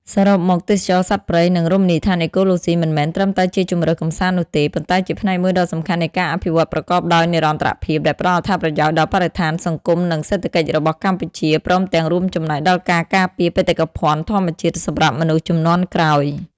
សរុបមក ទេសចរណ៍សត្វព្រៃ និងរមណីយដ្ឋានអេកូឡូស៊ី មិនមែនត្រឹមតែជាជម្រើសកម្សាន្តនោះទេ ប៉ុន្តែជាផ្នែកមួយដ៏សំខាន់នៃការអភិវឌ្ឍប្រកបដោយនិរន្តរភាព ដែលផ្តល់អត្ថប្រយោជន៍ដល់បរិស្ថាន សង្គម និងសេដ្ឋកិច្ចរបស់កម្ពុជា ព្រមទាំងរួមចំណែកដល់ការការពារបេតិកភណ្ឌធម្មជាតិសម្រាប់មនុស្សជំនាន់ក្រោយ។